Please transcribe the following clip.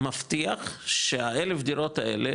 מבטיח שהאלף דירות האלה,